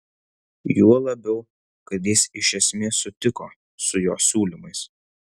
juo labiau kad jis iš esmės sutiko su jo siūlymais